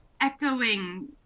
echoing